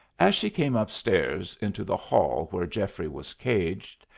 as she came up-stairs into the hall where geoffrey was caged,